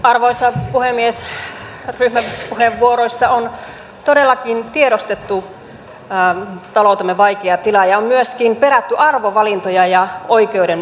ryhmäpuheenvuoroissa on todellakin tiedostettu taloutemme vaikea tila ja on myöskin perätty arvovalintoja ja oikeudenmukaisuutta